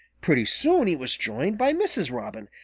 pretty soon he was joined by mrs. robin,